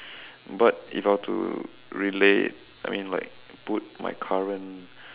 but if I were to relate I mean like put my current